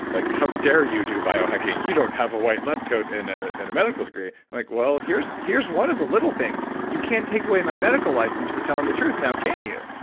like, how dare you do biohacking, you don't have a white lab coat and a and medical degree! i'm like, well, here's here's one of the little things. you can't take away my medical license for telling the truth now can you?